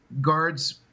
Guards